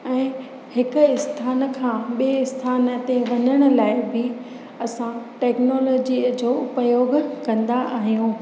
ऐं हिकु स्थान खां ॿिए स्थान ते वञण लाइ बि असां टेक्नोलॉजीअ जो उपयोगु कंदा आहियूं